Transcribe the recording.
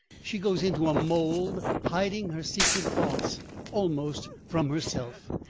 she goes into a mold hiding her secret thoughts almost from herself.